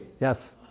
Yes